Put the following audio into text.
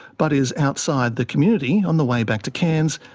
but is outside the community, on the way back to cairns,